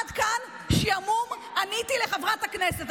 עד כאן שעמום, עניתי לחברת הכנסת.